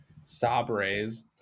Sabres